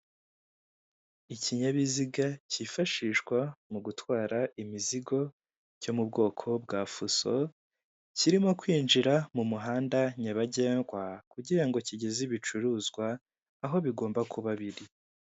Ikinyabiziga kifashishwa mu gutwara imizigo, cyo mu bwoko bwa fuso, kirimo kwinjira mu muhanda nyabagendwa, kugira ngo kigeze ibicuruzwa aho bigomba kuba biri.